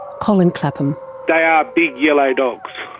colin clapham. they are big yellow dogs,